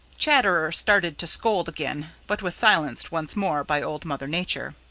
chatterer started to scold again but was silenced once more by old mother nature.